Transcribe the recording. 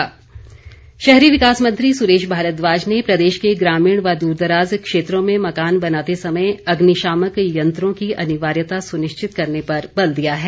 अग्निकांड शहरी विकास मंत्री सुरेश भारद्वाज ने प्रदेश के ग्रामीण व द्रदराज क्षेत्रों में मकान बनाते समय अग्निशामक यंत्रों की अनिवार्यता सुनिश्चित करने पर बल दिया है